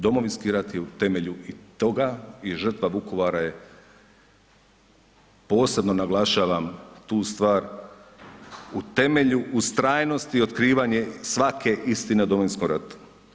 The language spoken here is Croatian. Domovinski rat je u temelju i toga i žrtva Vukovara je, posebno naglašavam tu stvar, u temelju ustrajnosti otkrivanje svake istine u Domovinskom ratu.